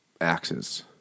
axes